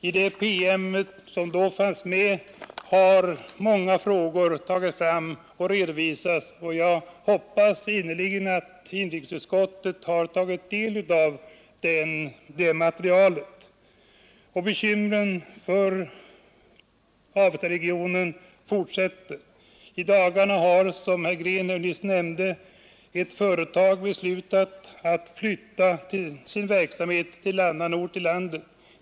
I den PM som då framlades har många frågor tagits upp, och jag hoppas innerligt att inrikesutskottet har tagit del av detta material. Och bekymren för Avestaregionen fortsätter. I dagarna har, som herr Green nyss nämnde, ett företag beslutat flytta sin verksamhet till annan ort i vårt land.